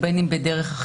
או בן אם בדרך אחרת,